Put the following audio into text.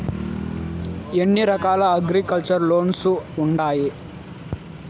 ఎన్ని రకాల agriculture loans ఉండాయి